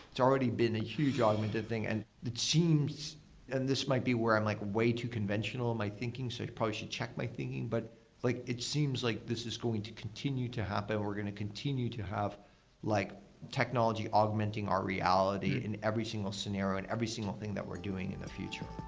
it's already been a huge augmented thing, and it seems and this might be where i'm like way too conventional in my thinking, so i like probably should check my thinking. but like it seems like this is going to continue to happen. we're going to continue to have like technology augmenting our reality in every single scenario in every single thing that we're doing in the future.